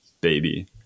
baby